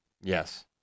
yes